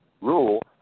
rule